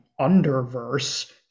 Underverse